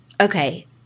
okay